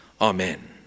Amen